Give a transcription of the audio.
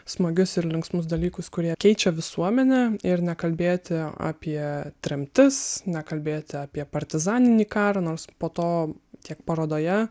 smagius ir linksmus dalykus kurie keičia visuomenę ir nekalbėti apie tremtis nekalbėti apie partizaninį karą nors po to tiek parodoje